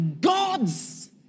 God's